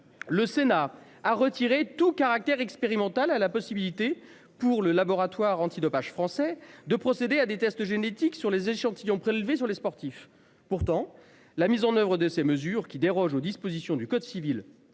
Le Sénat a retiré tout caractère expérimental à la possibilité pour le laboratoire antidopage français de procéder à des tests génétiques sur les échantillons prélevés sur les sportifs. Pourtant, la mise en oeuvre de ces mesures qui déroge aux dispositions du code civil